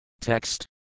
Text